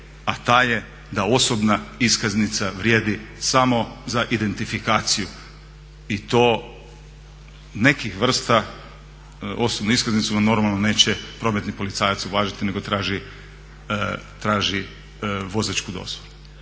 a ta je da osobna iskaznica vrijedi samo za identifikaciju i to nekih vrsta osobne iskaznice vam normalno neće prometni policajac uvažiti nego traži vozačku dozvolu.